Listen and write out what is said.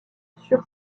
sur